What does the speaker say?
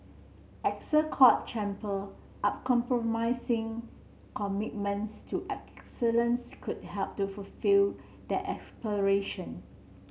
Essex Court Chamber uncompromising commitments to excellence could help to fulfil that aspiration